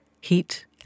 heat